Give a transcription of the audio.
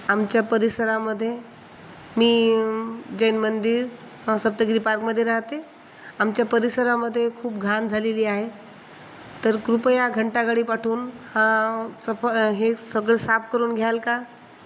आमच्या परिसरामध्ये मी जैन मंदिर सप्तगिरी पार्कमध्ये राहते आमच्या परिसरामध्ये खूप घाण झालेली आहे तर कृपया घंटागाडी पाठवून सफ हे सगळं साफ करून घ्याल का